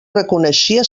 reconeixia